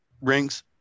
rings